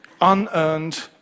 Unearned